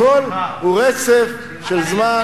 הכול הוא רצף של זמן,